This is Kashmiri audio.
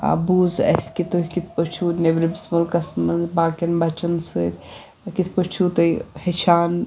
بوٗز اَسہِ کہِ تُہۍ کِتھ پٲٹھۍ چھو نؠبرِمِس مٔلکَس منٛز باقِٮ۪ن بَچَن سٟتۍ کِتھ پٲٹھۍ چھو تُہۍ ہیٚچھان